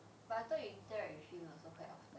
but I thought you interact with him also quite often